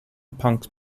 punk